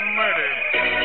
murder